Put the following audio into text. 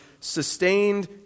sustained